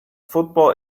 football